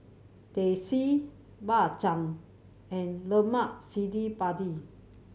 Teh C Bak Chang and lemak cili padi